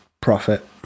profit